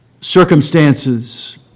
circumstances